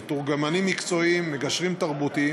מתורגמנים מקצועיים ומגשרים תרבותיים.